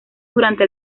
durante